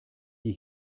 die